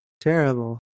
Terrible